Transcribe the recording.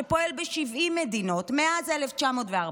שפועל ב-70 מדינות מאז 1914,